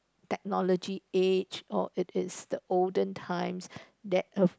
technology age or it is the olden times that uh